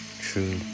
true